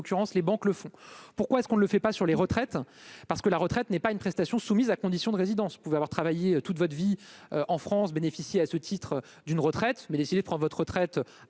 les banques le font, pourquoi est-ce qu'on ne le fait pas sur les retraites, parce que la retraite n'est pas une prestation soumise à condition de résidence pouvait avoir travaillé toute votre vie en France bénéficie à ce titre d'une retraite, mais décidé prendre votre retraite